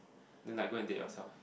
then like go and date yourself